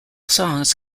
songs